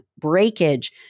breakage